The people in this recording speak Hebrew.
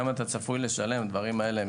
כמה אתה צפוי לשלם הדברים האלה הם